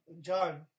John